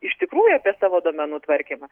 iš tikrųjų apie savo duomenų tvarkymą